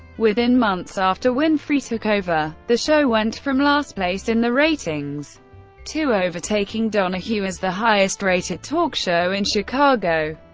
within months after winfrey took over, the show went from last place in the ratings to overtaking donahue as the highest-rated talk show in chicago.